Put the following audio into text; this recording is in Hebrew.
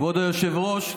כבוד היושבת-ראש,